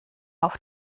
auf